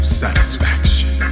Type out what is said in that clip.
satisfaction